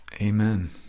Amen